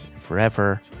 forever